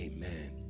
Amen